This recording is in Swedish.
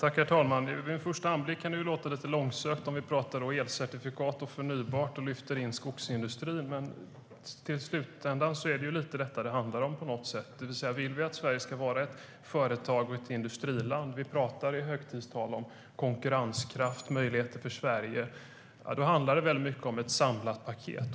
Herr talman! Vid första anblicken kan det verka vara lite långsökt att prata om elcertifikat och förnybart samtidigt som man lyfter in skogsindustrin. Men i slutändan handlar det lite om detta på något sätt. Vi vill att Sverige ska vara ett företags och industriland. I högtidstal pratar vi om konkurrenskraft och möjligheter för Sverige. Då handlar det väldigt mycket om ett samlat paket.